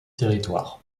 territoire